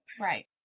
right